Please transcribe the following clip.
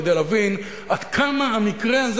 כדי להבין עד כמה המקרה הזה,